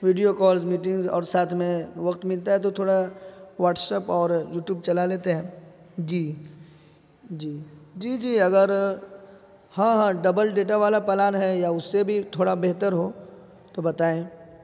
video calls meetings اور ساتھ میں وقت ملتا ہے تو تھوڑا واٹسپ اور یوٹوب چلا لیتے ہیں جی جی جی جی اگر ہاں ہاں ڈبل ڈیٹا والا پلان ہے یا اس سے بھی تھوڑا بہتر ہو تو بتائیں